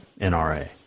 NRA